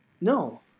No